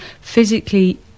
Physically